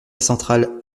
centrale